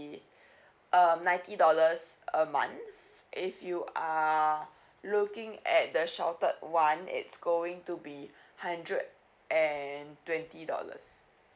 um ninety dollars a month if you are looking at the sheltered one it's going to be hundred and twenty dollars